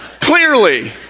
Clearly